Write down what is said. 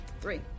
Three